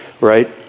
Right